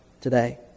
today